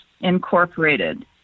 Incorporated